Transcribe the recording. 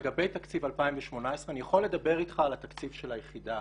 לגבי תקציב 2018 אני יכול לדבר איתך על התקציב של היחידה